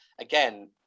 again